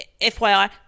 FYI